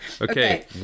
Okay